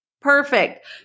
perfect